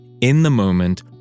in-the-moment